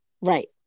Right